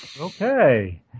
Okay